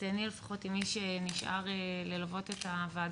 אז תיהני לפחות עם מי שנשאר ללוות את הוועדה.